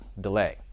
delay